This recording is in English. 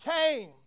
came